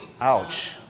Ouch